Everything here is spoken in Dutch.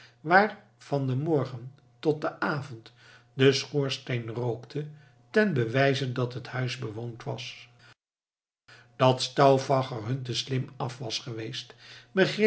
waar van den morgen tot den avond de schoorsteen rookte ten bewijze dat het huis bewoond was dat stauffacher hun te slim af was geweest